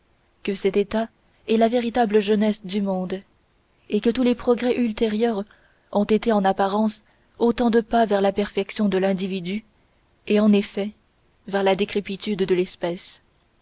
que cet état est la véritable jeunesse du monde et que tous les progrès ultérieurs ont été en apparence autant de pas vers la perfection de l'individu et en effet vers la décrépitude de l'espèce